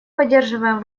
поддерживаем